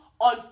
on